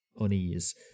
unease